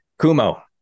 kumo